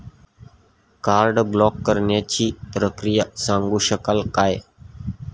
Card block करण्याची प्रक्रिया सांगू शकाल काय?